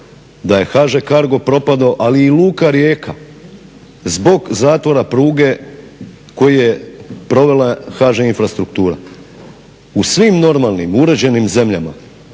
da ja HŽ cargo propadao ali i Luka Rijeka zbog zatvora pruge koje je provela HŽ infrastruktura. U svim normalnim uređenim zemljama